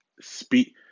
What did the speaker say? speak